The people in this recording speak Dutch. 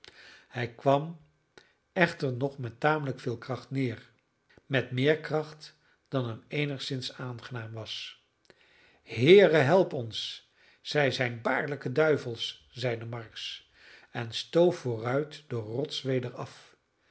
hij kwam echter nog met tamelijk veel kracht neer met meer kracht dan hem eenigszins aangenaam was heere help ons zij zijn baarlijke duivels zeide marks en stoof vooruit de rots weder af